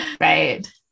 Right